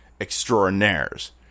extraordinaires